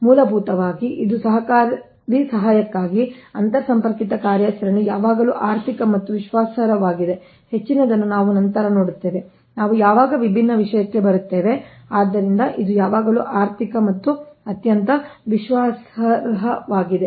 ಆದ್ದರಿಂದ ಮೂಲಭೂತವಾಗಿ ಇದು ಸಹಕಾರಿ ಸಹಾಯಕ್ಕಾಗಿ ಅಂತರ್ ಸಂಪರ್ಕಿತ ಕಾರ್ಯಾಚರಣೆಯು ಯಾವಾಗಲೂ ಆರ್ಥಿಕ ಮತ್ತು ವಿಶ್ವಾಸಾರ್ಹವಾಗಿದೆ ಹೆಚ್ಚಿನದನ್ನು ನಾವು ನಂತರ ನೋಡುತ್ತೇವೆ ನಾವು ಯಾವಾಗ ವಿಭಿನ್ನ ವಿಷಯಕ್ಕೆ ಬರುತ್ತೇವೆ ಆದ್ದರಿಂದ ಇದು ಯಾವಾಗಲೂ ಆರ್ಥಿಕ ಮತ್ತು ಅತ್ಯಂತ ವಿಶ್ವಾಸಾರ್ಹವಾಗಿದೆ